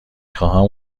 خواهم